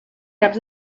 caps